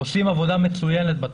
עושים עבודה מצוינת בתחום.